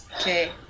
Okay